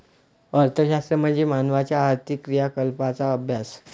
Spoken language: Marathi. अर्थशास्त्र म्हणजे मानवाच्या आर्थिक क्रियाकलापांचा अभ्यास